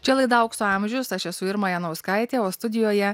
čia laida aukso amžius aš esu irma janauskaitė o studijoje